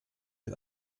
mit